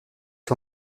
est